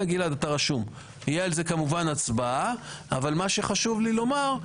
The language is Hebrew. אבל מה שחשוב לי לומר,